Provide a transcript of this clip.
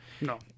No